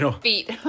feet